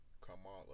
Kamala